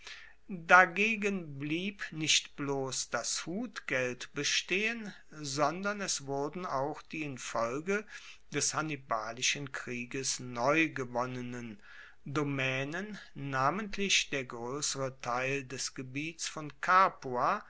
dagegen blieb nicht bloss das hutgeld bestehen sondern es wurden auch die infolge des hannibalischen krieges neu gewonnenen domaenen namentlich der groessere teil des gebiets von capua